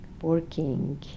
Working